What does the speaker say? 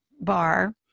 bar